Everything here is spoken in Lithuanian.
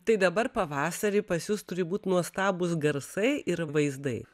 tai dabar pavasarį pas jus turi būt nuostabūs garsai ir vaizdai